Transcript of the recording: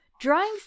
Drawing